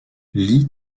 lee